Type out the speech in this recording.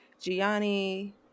Gianni